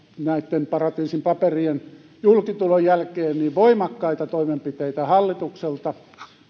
näitten paratiisin paperien julkitulon jälkeen voimakkaita toimenpiteitä hallitukselta